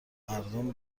مردم